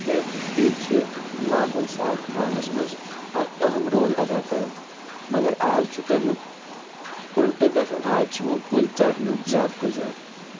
کیازِ کہِ کُلۍ چھِ ماحول صاف تھاونَس منٛز اکھ اَہم رول اَدا کران مگر آز چھُ تَمیُک اُلٹہٕ گژھان آز چھُ یِوان کُل ژَٹنہٕ زیادٕ کھۄتہٕ زیادٕ